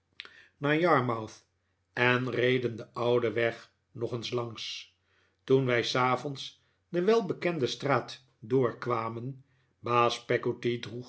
naar yarmouth en reden den ouden weg nog eens langs toen wij s avonds de welbekende straat